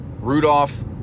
Rudolph